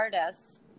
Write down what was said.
artists